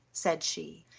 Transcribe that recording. said she,